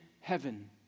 heaven